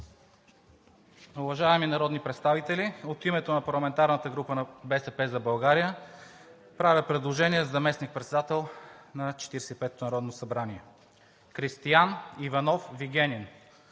Уважаеми народни представители, от името на парламентарната група на „БСП за България“ правя предложение за заместник-председател на Четиридесет и петото народно събрание – Кристиан Иванов Вигенин.